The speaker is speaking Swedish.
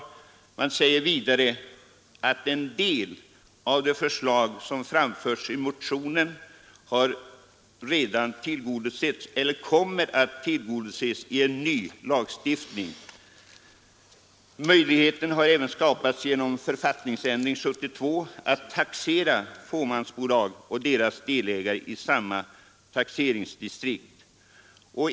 Utskottet säger vidare att en del av de förslag, som framförs i motionerna, redan har tillgodosetts eller kommer att tillgodoses genom ny lagstiftning. Möjlighet har även skapats efter en författningsändring vid 1972 års riksdag att taxera fåmansbolag och deras delägare i samma taxeringsdistrikt.